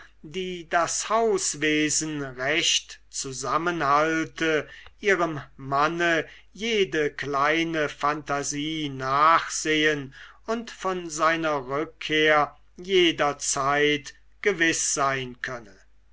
die das hauswesen recht zusammenhalte ihrem manne jede kleine phantasie nachsehen und von seiner rückkehr jederzeit gewiß sein könne